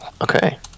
okay